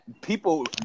people